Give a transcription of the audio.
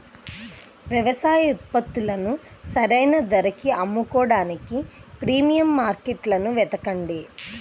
వ్యవసాయ ఉత్పత్తులను సరైన ధరకి అమ్ముకోడానికి ప్రీమియం మార్కెట్లను వెతకండి